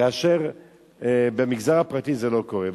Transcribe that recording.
כאשר במגזר הפרטי זה לא קורה.